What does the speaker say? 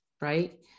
right